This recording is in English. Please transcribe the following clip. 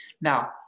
Now